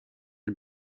are